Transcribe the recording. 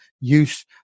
use